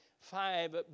five